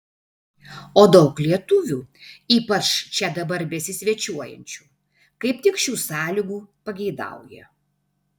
o daug lietuvių ypač čia dabar besisvečiuojančių kaip tik šių sąlygų pageidauja